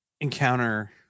encounter